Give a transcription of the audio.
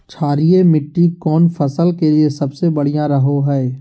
क्षारीय मिट्टी कौन फसल के लिए सबसे बढ़िया रहो हय?